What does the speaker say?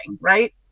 right